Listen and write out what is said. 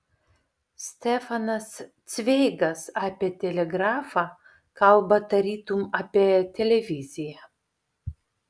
stefanas cveigas apie telegrafą kalba tarytum apie televiziją